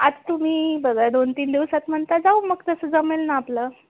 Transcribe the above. आज तुम्ही बघा दोन तीन दिवसात म्हणता जाऊ मग तसं जमेल ना आपलं